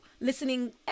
Listening